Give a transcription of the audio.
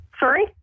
Sorry